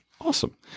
Awesome